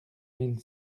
mille